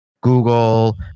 Google